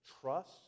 Trust